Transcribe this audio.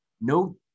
no